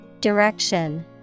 Direction